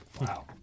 Wow